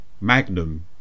Magnum